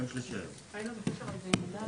אם אתם רוצים לשמוע איך זה קורה בפועל,